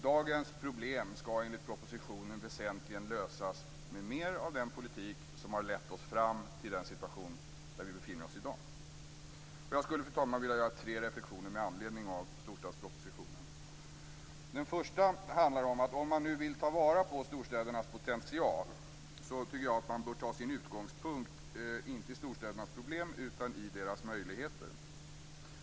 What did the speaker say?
Dagens problem skall, enligt propositionen, väsentligen lösas med mer av den politik som har lett oss fram till den situation där vi befinner oss i dag. Jag skulle, fru talman, vilja göra tre reflexioner med anledning av storstadspropositionen. Den första handlar om att man, om man nu vill ta vara på storstädernas potential, bör ta sin utgångspunkt inte i storstädernas problem utan i deras möjligheter.